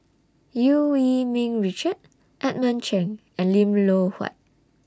EU Yee Ming Richard Edmund Cheng and Lim Loh Huat